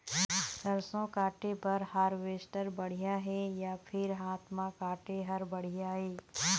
सरसों काटे बर हारवेस्टर बढ़िया हे या फिर हाथ म काटे हर बढ़िया ये?